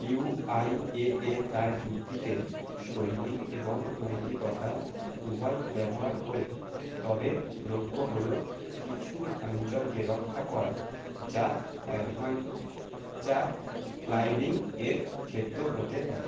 UIAA তার যুক্তিতে শৈলী এবং নৈতিকতা উভয়ই ব্যবহার করে তবে লক্ষ্য হলো কিছু অঞ্চলকে রক্ষা করা যা অ্যাডভেঞ্চার ক্লাইম্বিং এর ক্ষেত্র হতে পারে